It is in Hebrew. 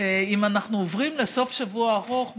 אם אנחנו עוברים לסוף שבוע ארוך,